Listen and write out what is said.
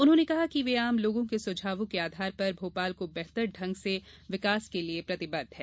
उन्होंने कहा कि वे आम लोगों के सुझावों के आधार पर भोपाल को बेहतर ढंग से विकास के लिये प्रतिबद्ध हैं